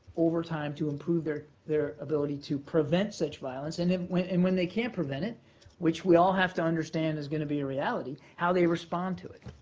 over time, to improve their their ability to prevent such violence, and then when and when they can't prevent it which we all have to understand is going to be a reality how they respond to it.